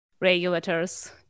regulators